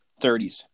30s